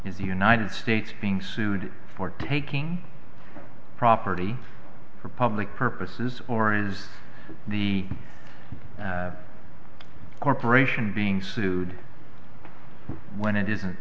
is the united states being sued for taking property for public purposes or is the corporation being sued when it isn't